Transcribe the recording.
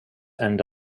end